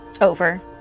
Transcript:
Over